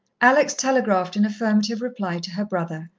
alex telegraphed an affirmative reply to her brother,